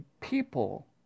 people